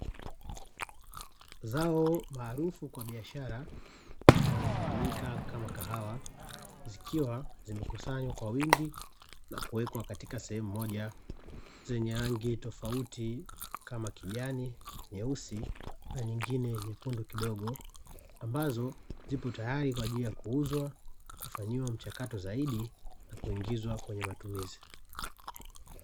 Zao maarufu kwa biashara linalofahamika kama kahawa, zikiwa zimekusanywa kwa wingi na kuweka katika sehemu moja; zenye rangi tofauti kama: kijani, nyeusi na nyingine nyekundu kidogo. Ambazo zipo tayari kwa ajili ya kuuzwa, kufanyiwa mchakato zaidi na kuingizwa kwenye matumizi.